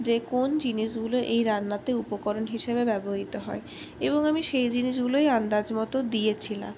যে কোন জিনিসগুলো এই রান্নাতে উপকরণ হিসেবে ব্যবহৃত হয় এবং আমি সেই জিনিসগুলোই আন্দাজমতো দিয়েছিলাম